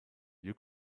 you